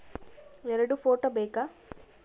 ಎರಡು ಫೋಟೋ ಬೇಕಾ?